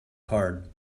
hard